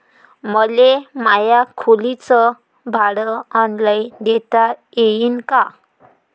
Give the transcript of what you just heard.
मले माया खोलीच भाड ऑनलाईन देता येईन का?